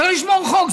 צריך לשמור חוק,